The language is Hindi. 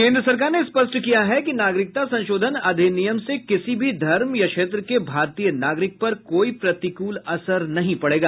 केन्द्र सरकार ने स्पष्ट किया है कि नागरिकता संशोधन अधिनियम से किसी भी धर्म या क्षेत्र के भारतीय नागरिक पर कोई प्रतिकूल असर नहीं पड़ेगा